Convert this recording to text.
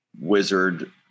wizard